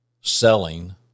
selling